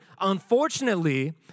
Unfortunately